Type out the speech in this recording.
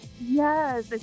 yes